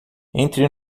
entre